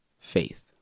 Faith